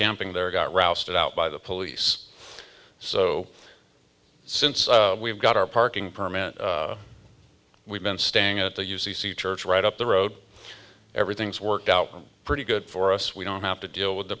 camping there got rousted out by the police so since we've got our parking permit we've been staying at the u c c church right up the road everything's worked out pretty good for us we don't have to deal with the